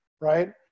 right